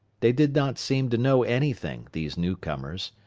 they did not seem to know anything, these newcomers.